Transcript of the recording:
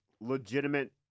legitimate